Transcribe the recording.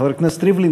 חבר הכנסת ריבלין,